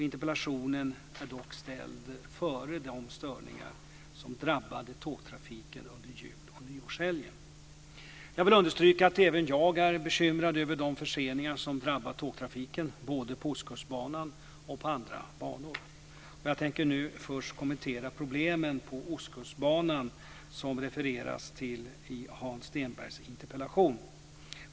Interpellationen är dock ställd före de störningar som drabbade tågtrafiken under jul och nyårshelgen. Jag vill understryka att även jag är bekymrad över de förseningar som drabbat tågtrafiken både på Ostkustbanan och på andra banor. Jag tänker först kommentera problemen på Ostkustbanan, som det refereras till i Hans Stenbergs interpellation.